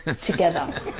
together